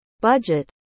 budget